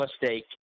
mistake